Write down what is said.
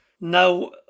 Now